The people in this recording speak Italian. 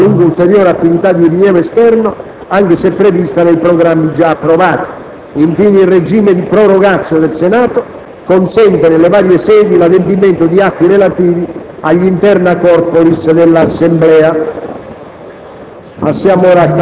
Rimane esclusa qualunque ulteriore attività di rilievo esterno, anche se prevista nei programmi già approvati. Infine, il regime di *prorogatio* del Senato consente nelle varie sedi l'adempimento di atti relativi agli *interna corporis* dell'Assemblea.